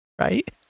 Right